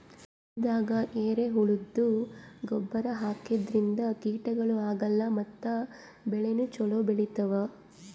ಹೊಲ್ದಾಗ ಎರೆಹುಳದ್ದು ಗೊಬ್ಬರ್ ಹಾಕದ್ರಿನ್ದ ಕೀಟಗಳು ಆಗಲ್ಲ ಮತ್ತ್ ಬೆಳಿನೂ ಛಲೋ ಬೆಳಿತಾವ್